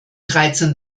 dreizehn